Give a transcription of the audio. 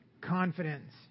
confidence